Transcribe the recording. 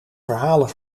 verhalen